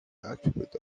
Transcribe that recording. attribute